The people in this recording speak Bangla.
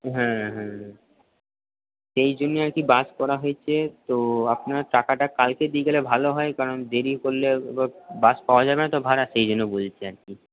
হ্যাঁ হ্যাঁ এই জন্য আর কি বাস করা হয়েছে তো আপনারা টাকাটা কালকে দিয়ে গেলে ভালো হয় কারণ দেরি করলে আবার বাস পাওয়া যাবে না তো ভাড়া সেই জন্য বলছি আর কি